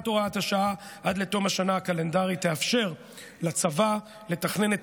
הוראת השעה עד לתום השנה הקלנדרית תאפשר לצבא לתכנן את